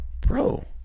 bro